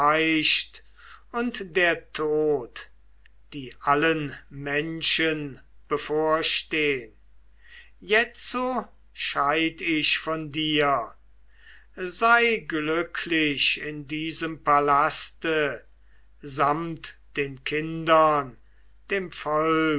und der tod die allen menschen bevorstehn jetzo scheid ich von dir sei glücklich in diesem palaste samt den kindern dem volk